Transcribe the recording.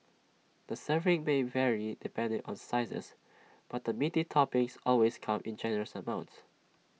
the serving may vary depending on sizes but the meaty toppings always come in generous amounts